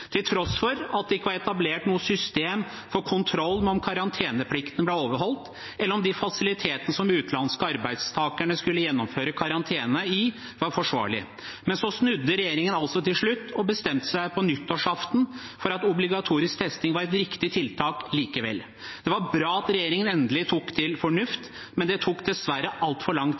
til tross for at det ikke var etablert noe system for kontroll med om karanteneplikten ble overholdt, eller om de fasilitetene som de utenlandske arbeidstakerne skulle gjennomføre karantene i, var forsvarlige. Så snudde regjeringen altså til slutt og bestemte seg på nyttårsaften for at obligatorisk testing var et riktig tiltak likevel. Det er bra at regjeringen endelig tok til fornuft, men det tok dessverre altfor